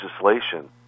legislation